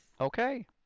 Okay